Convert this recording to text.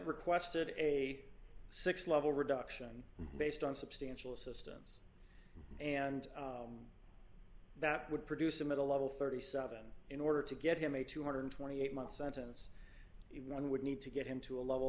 requested a six level reduction based on substantial assistance and that would produce a middle level thirty seven dollars in order to get him a two hundred and twenty eight month sentence iran would need to get him to a level